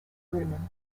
reutemann